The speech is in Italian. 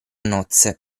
nozze